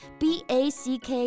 b-a-c-k